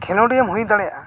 ᱠᱷᱮᱞᱳᱰᱤᱭᱟᱹᱢ ᱦᱩᱭ ᱫᱟᱲᱮᱭᱟᱜᱼᱟ